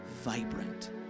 vibrant